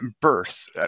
birth